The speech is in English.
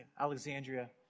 Alexandria